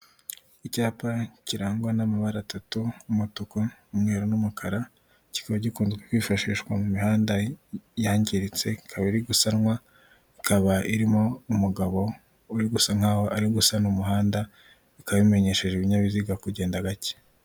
Icyapa kirangwa n'amabara atatu umutuku, umweru n'umukara, kikaba gikunze kwifashishwa mu mihanda yangiritse ikaba iri gusanwa, ikaba irimo umugabo uri gusa nk'aho ari gusana umuhanda, bikaba bimenyesha ibinyabiziga kugenda gacye.